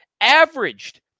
averaged